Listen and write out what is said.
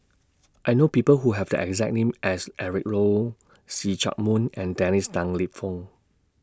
I know People Who Have The exact name as Eric Low See Chak Mun and Dennis Tan Lip Fong